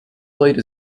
plate